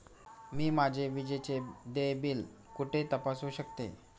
मी माझे विजेचे देय बिल कुठे तपासू शकते?